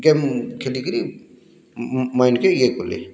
game ଖେଲିକିରି mind କେ ୟେ କଲେ